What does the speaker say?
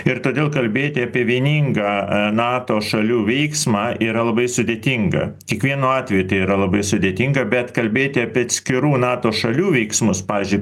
ir todėl kalbėti apie vieningą nato šalių veiksmą yra labai sudėtinga kiekvienu atveju tai yra labai sudėtinga bet kalbėti apie atskirų nato šalių veiksmus pavyzdžiui